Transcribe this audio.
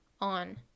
on